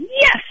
yes